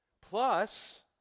Plus